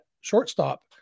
shortstop